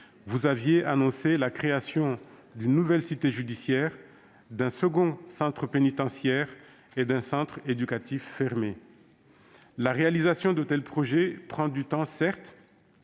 vous aviez annoncé la création d'une nouvelle cité judiciaire, d'un second centre pénitentiaire et d'un centre éducatif fermé. La réalisation de tels projets prend certes